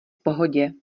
pohodě